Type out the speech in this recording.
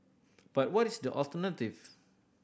but what is the alternative